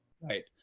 Right